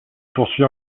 poursuit